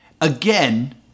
Again